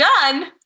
done